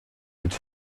mit